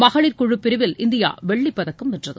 மகளிர் குழுப்பிரிவில் இந்தியா வெள்ளிப் பதக்கம் வென்றது